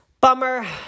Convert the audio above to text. Bummer